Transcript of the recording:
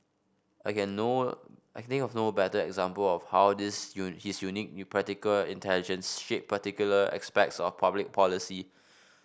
I can no I can think of no better example of how this you his unique you practical intelligence shaped particular aspects of public policy